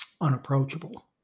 unapproachable